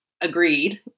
agreed